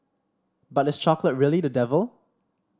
but is chocolate really the devil